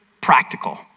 practical